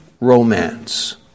romance